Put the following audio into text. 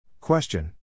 Question